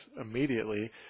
immediately